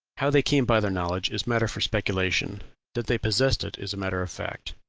how they came by their knowledge is matter for speculation that they possessed it is matter of fact.